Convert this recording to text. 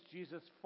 Jesus